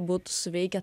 būtų suveikę